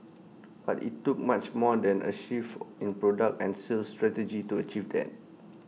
but IT took much more than A shift in product and sales strategy to achieve that